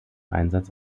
einsatz